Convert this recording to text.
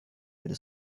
würde